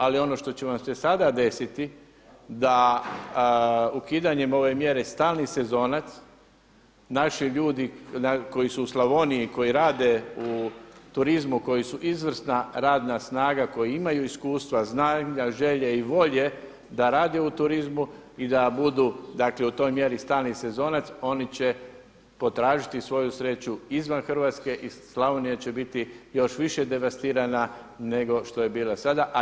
Ali ono što će vam se sada desiti da ukidanjem ove mjere stalni sezonac, naši ljudi koji su u Slavoniji, koji rade u turizmu, koji su izvrsna radna snaga, koji imaju iskustva, znanja, želje i volje da rade u turizmu i da budu, dakle u toj mjeri stalni sezonac oni će potražiti svoju sreću izvan Hrvatske i Slavonija će biti još više devastirana nego što je bila do sada.